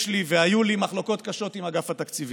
יש לי והיו לי מחלוקות קשות עם אגף התקציבים,